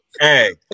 Hey